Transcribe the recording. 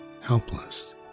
helpless